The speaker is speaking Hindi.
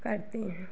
करते हैं